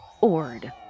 ORD